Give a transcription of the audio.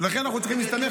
לכן אנחנו צריכים להסתמך,